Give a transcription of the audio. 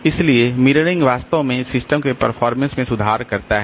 इसलिए मिररिंग वास्तव में सिस्टम के परफॉरमेंस में सुधार करता है